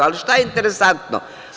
Ali šta je interesantno?